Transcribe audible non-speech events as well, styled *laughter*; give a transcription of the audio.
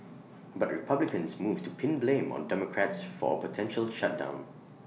*noise* but republicans moved to pin blame on democrats for A potential shutdown *noise*